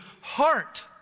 heart